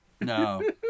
No